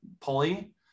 pulley